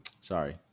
Sorry